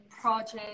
project